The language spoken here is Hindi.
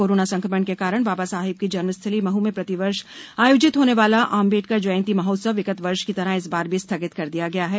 कोरोना संक्रमण के कारण बाबा साहेब की जन्मस्थली महू में प्रतिवर्ष आयोजित होने वाला आंबेडकर जयंती महोत्सव विगत वर्ष की तरह इस बार भी स्थगित कर दिया गया है